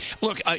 Look